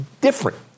different